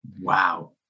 Wow